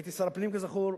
הייתי שר הפנים, כזכור,